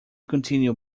continue